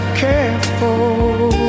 careful